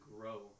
grow